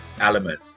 element